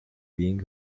being